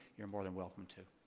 you're more than welcome to.